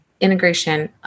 integration